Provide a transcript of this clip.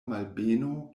malbeno